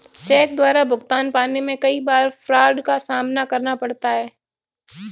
check द्वारा भुगतान पाने में कई बार फ्राड का सामना करना पड़ता है